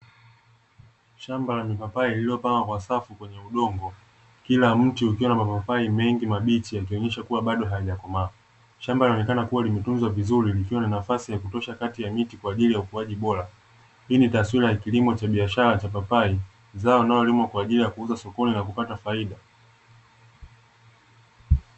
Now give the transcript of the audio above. Shamba la papai lililopanga kwa safu kwenye udongo kila miti ukiwa na mapapi mengi mabichi, yakionesha kuwa bado hayajakomaa shamba linaonekana kuwa limetunzwa vizuri likiwa na nafasi ya kutosha kati ya miti kwa ajili ya ukuaji bora, hii ni taswira ya kilimo cha biashara cha papai zao nalolimwa kwa ajili ya kuuza sokoni na kupata faida.